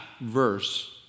verse